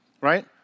Right